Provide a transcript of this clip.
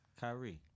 Kyrie